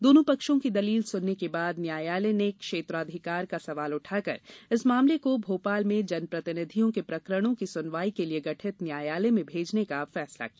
दोनों पक्षों की दलील सुनने के बाद न्यायालय ने क्षेत्राधिकार का सवाल उठाकर इस मामले को भोपाल में जनप्रतिनिधियों के प्रकरणों की सुनवाई के लिए गठित न्यायालय में भेजने का फैसला किया